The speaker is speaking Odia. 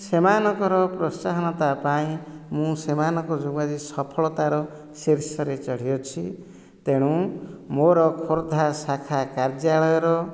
ସେମାନଙ୍କର ପ୍ରୋତ୍ସାହନତା ପାଇଁ ମୁଁ ସେମାନଙ୍କ ଯୋଗୁଁ ଆଜି ସଫଳତାର ଶୀର୍ଷରେ ଚଢ଼ିଅଛି ତେଣୁ ମୋର ଖୋର୍ଦ୍ଧା ଶାଖା କାର୍ଯ୍ୟାଳୟର